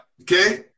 Okay